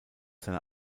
seiner